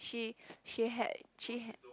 she she had she had